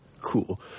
Cool